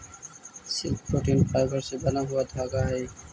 silk protein fibre से बना हुआ धागा हई